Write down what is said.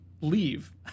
leave